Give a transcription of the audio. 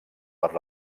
per